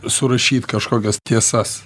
surašyt kažkokias tiesas